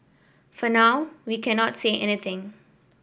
for now we cannot say anything